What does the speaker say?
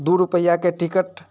दू रुपैआके टिकट